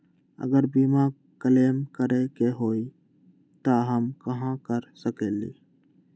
अगर बीमा क्लेम करे के होई त हम कहा कर सकेली?